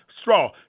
straw